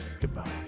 goodbye